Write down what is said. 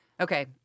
Okay